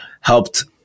helped